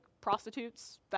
prostitutes